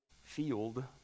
field